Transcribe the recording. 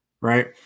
right